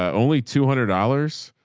only two hundred dollars.